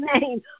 name